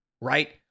right